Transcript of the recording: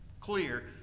clear